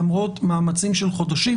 למרות מאמצים של חודשים,